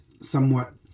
somewhat